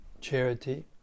charity